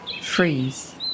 Freeze